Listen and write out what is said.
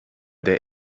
der